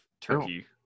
turkey